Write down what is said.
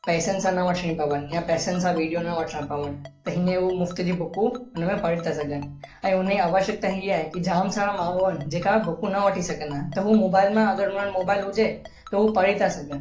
पैसनि सां न वठणी पवनि या पैसनि सां वीडियो न वठणा पवनि त हींअ हू मुफ़्त जी बुकूं हुनमें पढ़ी ता सघनि ऐं हुनजी आवश्यकता ही आहे की जाम सारा माण्हू आहिनि जेका बुकूं न वठी सघंदा आहिनि त हू मोबाइल मां अगरि हुननि वटि मोबाइल हुजे त हू पढ़ी ता सघनि